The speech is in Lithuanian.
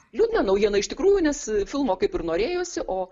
liūdna naujiena iš tikrųjų nes filmo kaip ir norėjosi o